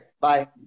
Bye